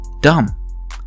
Dumb